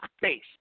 face